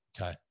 Okay